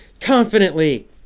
confidently